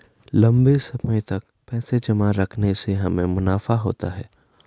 लंबे समय तक पैसे जमा रखने से हमें मुनाफा होता है